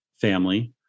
family